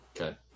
Okay